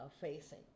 facing